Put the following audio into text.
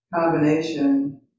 combination